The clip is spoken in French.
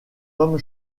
homme